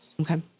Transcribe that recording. Okay